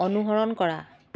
অনুসৰণ কৰা